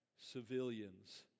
civilians